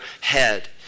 head